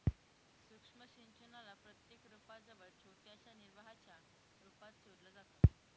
सूक्ष्म सिंचनाला प्रत्येक रोपा जवळ छोट्याशा निर्वाहाच्या रूपात सोडलं जातं